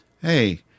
Hey